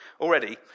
already